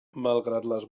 malgrat